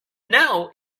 know